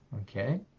Okay